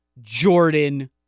Jordan